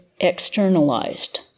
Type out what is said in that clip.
externalized